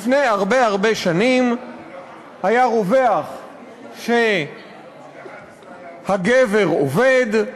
לפני הרבה הרבה שנים היה רווח שהגבר עובד,